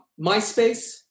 Myspace